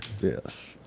Yes